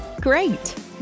Great